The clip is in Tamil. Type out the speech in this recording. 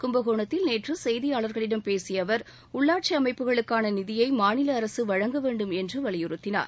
கும்பகோணத்தில் நேற்று செய்தியாளர்களிடம் பேசிய அவர் உள்ளாட்சி அமைப்புகளுக்கான நிதியை மாநில அரசு வழங்க வேண்டும் என்று வலியுறுத்தினார்